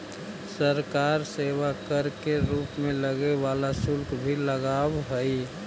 सरकार सेवा कर के रूप में लगे वाला शुल्क भी लगावऽ हई